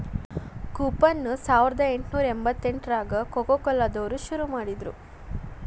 coupon ಸಾವರ್ದಾ ಎಂಟ್ನೂರಾ ಎಂಬತ್ತೆಂಟ್ರಾಗ ಕೊಕೊಕೊಲಾ ದವ್ರು ಶುರು ಮಾಡಿದ್ರು